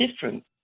different